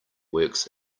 works